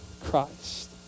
Christ